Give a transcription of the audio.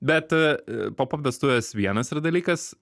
bet pop ap vestuvės vienas yra dalykas